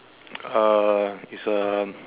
uh it's a